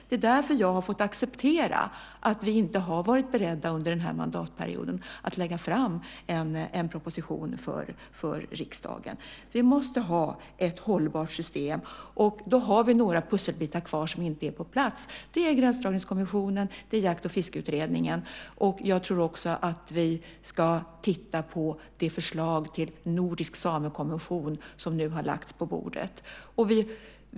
Det är därför jag har fått acceptera att vi inte har varit beredda under den här mandatperioden att lägga fram en proposition för riksdagen. Vi måste ha ett hållbart system. Vi har några pusselbitar kvar som inte är på plats. Det gäller Gränsdragningskommissionen och Jakt och fiskeutredningen, och jag tror också att vi ska titta på det förslag till nordisk samekonvention som nu har lagts på bordet.